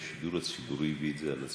שהשידור הציבורי הביא את זה על עצמו?